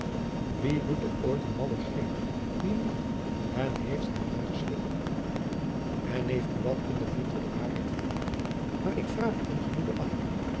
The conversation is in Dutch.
wie doet er ooit een malle greep die niet en heeft haer nagesleep en neef buat ondervindt er de waarheid van maar ik vraag u in gemoede af